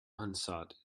unsought